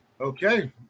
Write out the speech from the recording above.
Okay